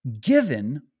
given